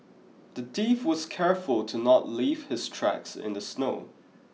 the thief was careful to not leave his tracks in the snow